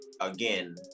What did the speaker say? again